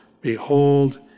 Behold